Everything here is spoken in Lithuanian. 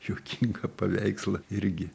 juokinga paveikslą irgi